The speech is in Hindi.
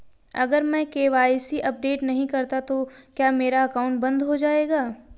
अगर मैं के.वाई.सी अपडेट नहीं करता तो क्या मेरा अकाउंट बंद हो जाएगा?